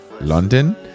London